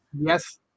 yes